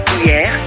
hier